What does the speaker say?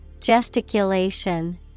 Gesticulation